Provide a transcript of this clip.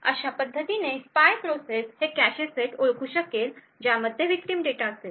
अशा पद्धतीने spy process हे असे कॅशे सेटस ओळखू शकेल ज्यामध्ये विक्टिम डेटा असेल